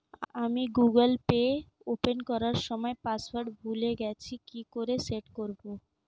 আমি Google Pay open করার সময় পাসওয়ার্ড ভুলে গেছি কি করে সেট করব?